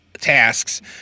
tasks